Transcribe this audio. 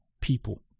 people